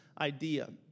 idea